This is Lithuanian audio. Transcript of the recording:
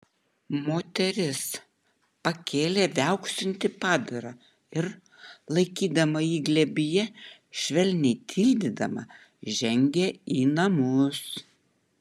moteris pakėlė viauksintį padarą ir laikydama jį glėbyje švelniai tildydama žengė į namus